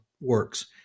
works